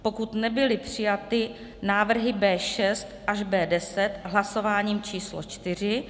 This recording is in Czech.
pokud nebyly přijaty návrhy B6 až B10 hlasováním č. čtyři